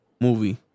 movie